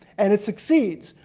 and it succeeds.